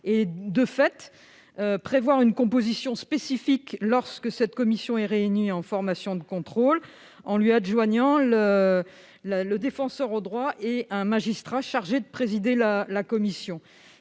et, de fait, prévoir une composition spécifique lorsque cette commission est réunie en formation de contrôle, avec le Défenseur des droits et un magistrat chargé de la présider. Notre